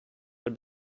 had